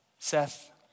Seth